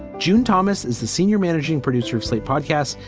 june thomas is the senior managing producer of slate podcasts.